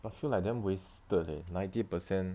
but feel like damn wasted eh ninety percent